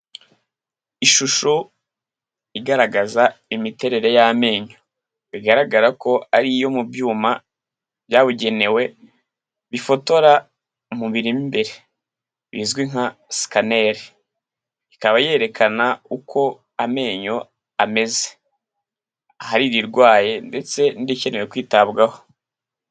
Ishusho igaragaza imiterere y'amenyo, bigaragara ko ari iyo mu byuma byabugenewe bifotora mu mubiri mo imbere bizwi nka scanner. Ikaba yerekana uko amenyo ameze. Ahari irirwaye ndetse n'irikenewe kwitabwaho.